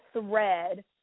thread